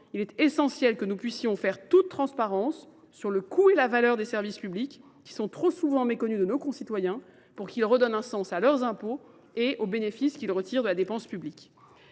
il est essentiel que nous puissions faire toute transparence sur le coût et la valeur des services publics qui sont trop souvent méconnus de nos concitoyens pour qu'ils redonnent un sens à leurs impôts et aux bénéfices qu'ils retirent de la dépense publique.